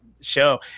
show